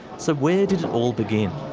so where did it all begin?